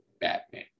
Batman